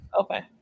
okay